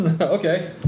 Okay